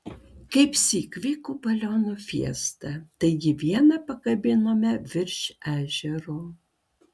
kaipsyk vyko balionų fiesta taigi vieną pakabinome virš ežero